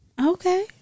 Okay